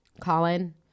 Colin